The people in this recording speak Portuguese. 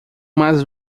mais